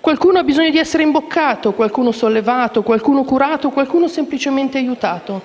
Qualcuno ha bisogno di essere imboccato, qualcuno sollevato, qualcuno curato, qualcuno semplicemente aiutato,